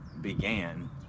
began